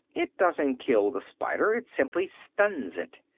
it doesn't kill the spider, it simply stuns it.